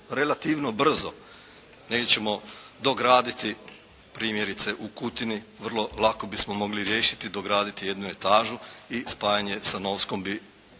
relativno brzo, negdje ćemo dograditi primjerice u Kutini vrlo lako bismo mogli riješiti i dograditi jednu etažu i spajanje sa Novskom bi